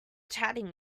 chatting